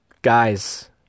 Guys